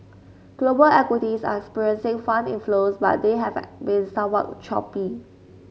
global equities are experiencing fund inflows but they have been somewhat choppy